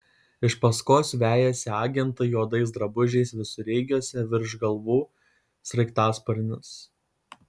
iš paskos vejasi agentai juodais drabužiais visureigiuose virš galvų sraigtasparnis